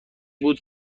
بود